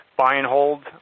buy-and-hold